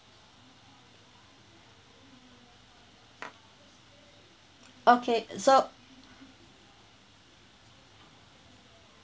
okay so